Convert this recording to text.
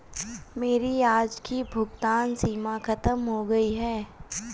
मेरी आज की भुगतान सीमा खत्म हो गई है